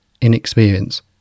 inexperience